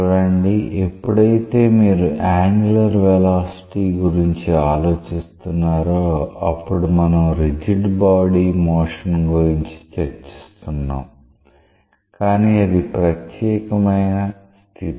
చూడండి ఎప్పుడైతే మీరు యాంగులర్ వెలాసిటీ గురించి ఆలోచిస్తున్నారో అప్పుడు మనం రిజిడ్ బాడీ మోషన్ గురించి చర్చిస్తున్నాం కానీ అది ప్రత్యేక స్థితి